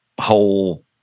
whole